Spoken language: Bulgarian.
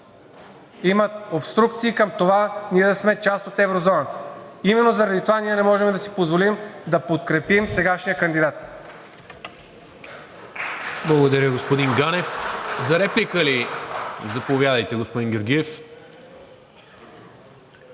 имат обструкции към това ние да сме част от еврозоната. Именно заради това ние не можем да си позволим да подкрепим сегашния кандидат.